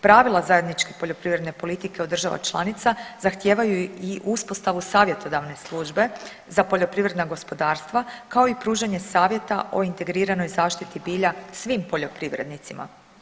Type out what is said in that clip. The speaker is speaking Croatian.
Pravila zajedničke poljoprivredne politike u državama članica zahtijevaju i uspostavu savjetodavne službe za poljoprivredna gospodarstva kao i pružanje savjeta o integriranoj zaštiti bilja svim poljoprivrednicima.